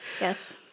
Yes